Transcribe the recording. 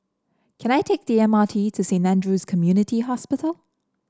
can I take the M R T to Saint Andrew's Community Hospital